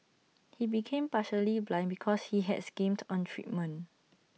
he became partially blind because he had skimmed on treatment